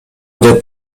деп